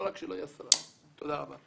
תודה רבה.